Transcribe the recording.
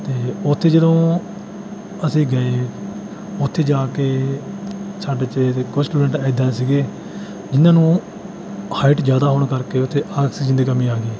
ਅਤੇ ਉੱਥੇ ਜਦੋਂ ਅਸੀਂ ਗਏ ਉੱਥੇ ਜਾ ਕੇ ਸਾਡੇ 'ਚ ਦੇ ਕੁਛ ਸਟੂਡੈਂਟ ਐਦਾਂ ਦੇ ਸੀਗੇ ਜਿਹਨਾਂ ਨੂੰ ਹਾਈਟ ਜ਼ਿਆਦਾ ਹੋਣ ਕਰਕੇ ਉੱਥੇ ਆਕਸੀਜਨ ਦੀ ਕਮੀ ਆ ਗਈ